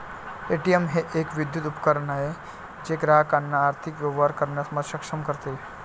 ATM हे एक विद्युत उपकरण आहे जे ग्राहकांना आर्थिक व्यवहार करण्यास सक्षम करते